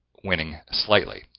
winning slightly,